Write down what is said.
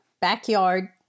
backyard